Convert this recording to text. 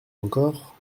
encore